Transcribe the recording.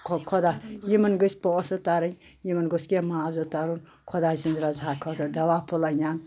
خۄدا یِمن گٔژھۍ پونٛسہٕ ترٕنۍ یِمن گوٚژھ کینٛہہ معوزٕ تَرُن خۄدا سٕندۍ رضا خٲطرٕ دَوہ پھٔلہ اَن ہن